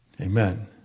Amen